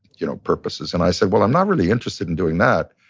you know, purposes. and i said, well, i'm not really interested in doing that.